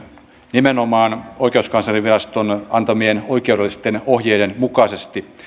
nimenomaan oikeuskansleriviraston antamien oikeudellisten ohjeiden mukaisesti